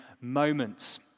moments